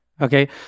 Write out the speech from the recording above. Okay